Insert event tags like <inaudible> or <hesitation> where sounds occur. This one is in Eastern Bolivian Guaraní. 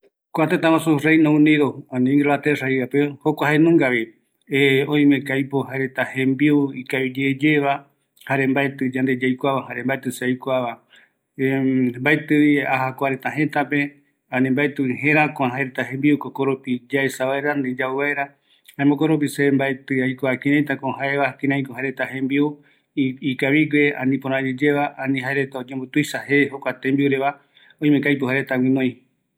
﻿Kua tëtä guasu Reino Unido ani inglaterra jeivape, jukua jaenungavi, oimeko aipo jaereta jembiu ikaviyeyeva, jare mbaeti yande yaikua, jaera mbaeti se aikuava <hesitation> mbaetivi aja kuareta jëtape, ani mbaetivi jerakua, jeta jembiuko, yaesa vaera ani yau vaera, jaema jokoropi se mbaeti aikua kiraitako jaeva kiraiko jaereta jembiu ikavigue ani ipöra yeyeva, ani jaereta oyembotuisa je jokua tembiureva, oimeko aipo jaereta guinoi